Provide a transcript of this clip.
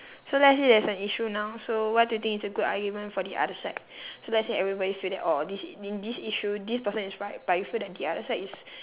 so let's say there's an issue now so what do you think is a good argument for the other side so let's say everybody feel that orh this in this issue this person is right but you feel that the other side is